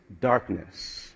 darkness